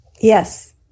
Yes